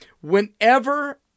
whenever